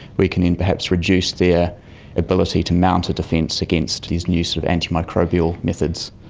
we can then perhaps reduce their ability to mount a defence against these new sort of antimicrobial methods.